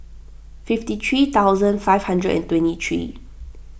fifty three thousand five hundred and twenty three